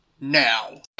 now